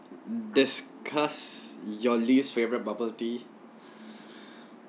discuss your least favorite bubble tea